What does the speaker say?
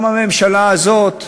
גם הממשלה הזאת נבחרה,